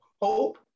hope